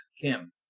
Kim